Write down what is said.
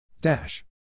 Dash